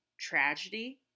Tragedy